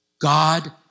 God